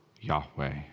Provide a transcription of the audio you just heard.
Yahweh